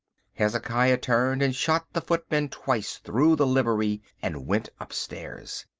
hezekiah turned and shot the footman twice through the livery and went upstairs.